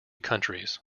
countries